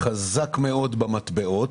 חזק מאוד במטבעות.